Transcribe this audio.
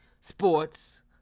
Sports